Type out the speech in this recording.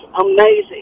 amazing